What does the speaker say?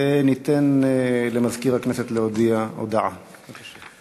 ניתן למזכיר הכנסת להודיע הודעה, בבקשה.